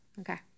Okay